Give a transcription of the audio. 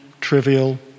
trivial